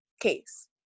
case